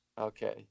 Okay